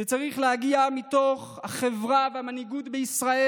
זה צריך להגיע מתוך החברה והמנהיגות בישראל.